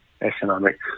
economic